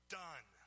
done